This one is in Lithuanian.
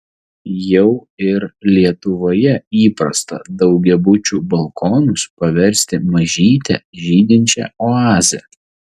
jau ir lietuvoje įprasta daugiabučių balkonus paversti mažyte žydinčia oaze